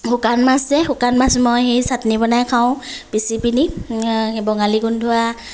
শুকান মাছ যে শুকান মাছ মই সেই চাট্নি বনাই খাওঁ পিচি পিনি বঙালী গুন্ধোৱা